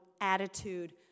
attitude